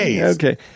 Okay